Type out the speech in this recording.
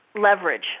leverage